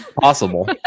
possible